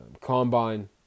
combine